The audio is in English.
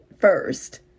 first